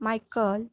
michael